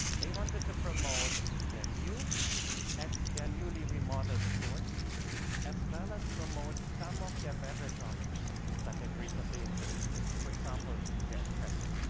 they wanted to promote their new and their newly-remodeled stores as well as promote some of their beverage options that they've recently introduced, for example, the espresso.